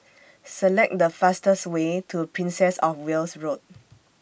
Select The fastest Way to Princess of Wales Road